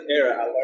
era